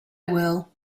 will